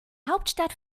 hauptstadt